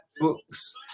books